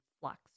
flux